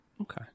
Okay